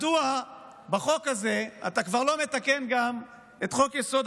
מדוע בחוק הזה אתה לא מתקן גם את חוק-יסוד: